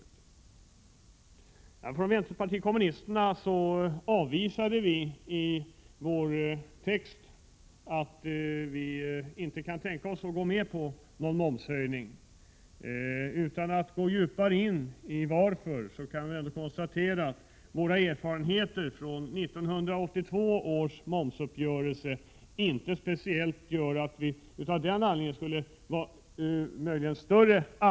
Vi från vänsterpartiet kommunisterna har i vår skrivning sagt att vi inte kan tänka oss att gå med på någon momshöjning. Utan att djupare gå in på varför vi inte kan göra det, kan jag konstatera att våra erfarenheter från 1982 års momsuppgörelse inte precis ger oss anledning att ansluta oss till en uppgörelse.